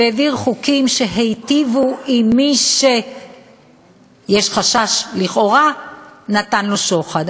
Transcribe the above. והוא העביר חוקים שהיטיבו עם מי שיש חשש לכאורה שנתן לו שוחד.